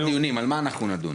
במהלך הדיונים על מה אנחנו נדון?